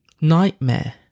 nightmare